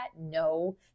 No